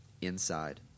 inside